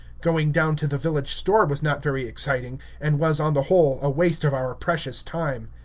going down to the village store was not very exciting, and was, on the whole, a waste of our precious time.